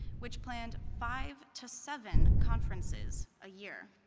which planned five to seven conferences a year.